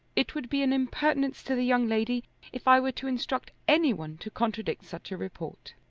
it would be an impertinence to the young lady if i were to instruct any one to contradict such a report.